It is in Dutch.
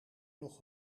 nog